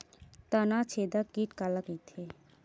तनाछेदक कीट काला कइथे?